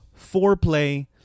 foreplay